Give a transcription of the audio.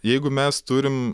jeigu mes turim